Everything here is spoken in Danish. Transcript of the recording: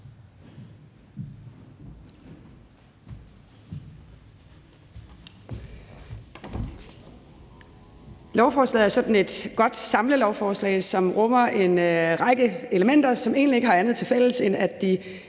Lovforslaget er sådan et godt samlelovforslag, som rummer en række elementer, som egentlig ikke har andet tilfælles, end at de